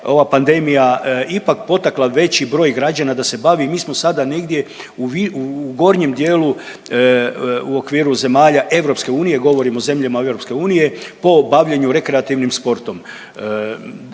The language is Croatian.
ova pandemija ipak potakla veći broj građana da se bavi. Mi smo sada negdje u gornjem dijelu u okviru zemalja EU, govorim o zemljama EU, po bavljenju rekreativnim sportom.